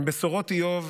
בשורות איוב